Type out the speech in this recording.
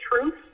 truth